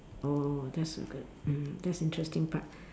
oh that's good mm that's interesting part